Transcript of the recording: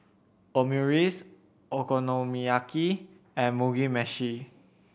Omurice Okonomiyaki and Mugi Meshi